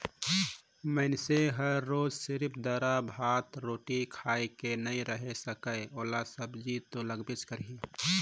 मइनसे हर रोयज सिरिफ दारा, भात, रोटी खाए के नइ रहें सके ओला सब्जी तो लगबे करही